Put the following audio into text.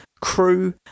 crew